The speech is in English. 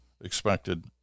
expected